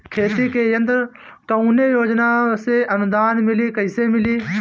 खेती के यंत्र कवने योजना से अनुदान मिली कैसे मिली?